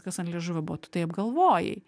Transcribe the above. kas ant liežuvio buvo tu tai apgalvojai